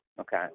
okay